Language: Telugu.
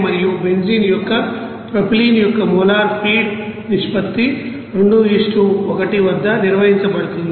మరియు బెంజీన్ యొక్క ప్రొపైలిన్ యొక్క మోలార్ ఫీడ్ నిష్పత్తి 2 1 వద్ద నిర్వహించబడుతుంది